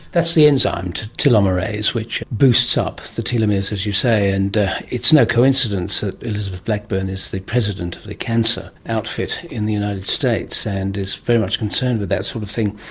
that's the enzyme, telomerase, which boosts up the telomeres, as you say, and it's no coincidence that elizabeth blackburn is the president of the cancer outfit in the united states and is very much concerned with that sort of thing.